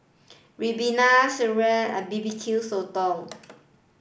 Ribena Sireh and B B Q Sotong